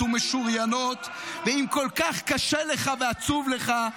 ומשוריינות ------- ואם כל כך קשה לך ועצוב לך,